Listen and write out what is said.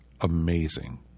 amazing